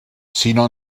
sinó